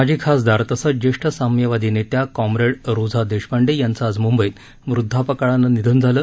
माजी खासदार तसंच ज्येष्ठ साम्यवादी नेत्या काँम्रेड रोझा देशपांडे यांचं आज मुंबईत वृद्धापकाळानं निधन झालं